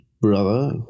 brother